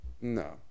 No